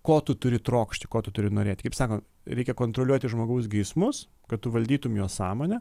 ko tu turi trokšti ko tu turi norėti kaip sako reikia kontroliuoti žmogaus geismus kad tu valdytum jo sąmonę